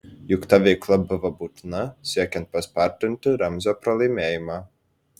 juk ta veikla buvo būtina siekiant paspartinti ramzio pralaimėjimą